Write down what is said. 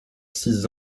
six